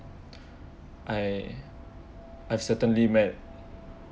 I I've certainly met